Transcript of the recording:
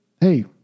hey